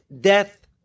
death